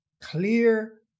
clear